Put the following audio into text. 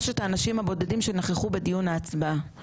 חמש שנים לקחתם מהחיים שלנו ומהילדים שלנו בזה שהבאתם רק מצלמות.